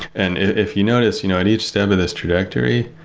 and if you noticed, you know at each step of this trajectory,